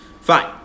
Fine